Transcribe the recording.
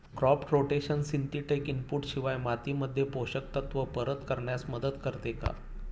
Crop rotation synthetic input शिवाय मातीमध्ये पोषक तत्त्व परत करण्यास मदत करते का?